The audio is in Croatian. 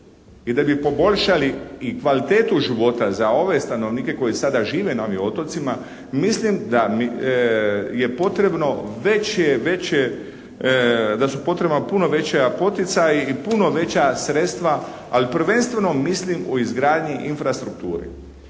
i da bi poboljšali i kvalitetu života za ove stanovnike koji sada žive na ovim otocima, mislim da je potrebno veće, da su potrebna puno veća poticaji i puno veća sredstva, ali prvenstveno mislim u izgradnji infrastrukture.